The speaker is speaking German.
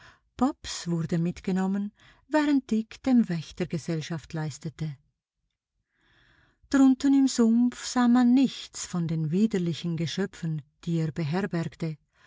bobs wurde mitgenommen während dick dem wächter gesellschaft leistete drunten im sumpf sah man nichts von den widerlichen geschöpfen die er beherbergte